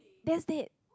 that's dead